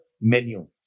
menu